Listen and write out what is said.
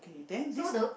then this